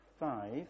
Five